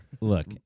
Look